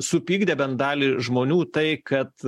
supykdė bent dalį žmonių tai kad